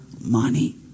money